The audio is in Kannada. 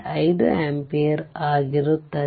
5 ಆಂಪಿಯರ್ ಆಗಿರುತ್ತದೆ